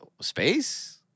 space